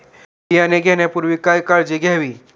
बियाणे घेण्यापूर्वी काय काळजी घ्यावी?